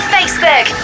Facebook